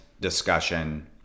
discussion